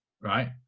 right